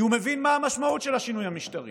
כי הוא מבין מה המשמעות של השינוי המשטרי